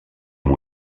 amb